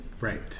Right